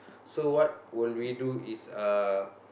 so what will we do is uh